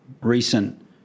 recent